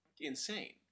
insane